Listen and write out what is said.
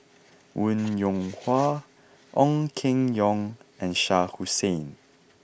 Wong Yoon Wah Ong Keng Yong and Shah Hussain